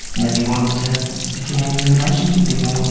and that he wanted to begin a new relationship with me.